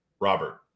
Robert